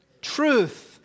truth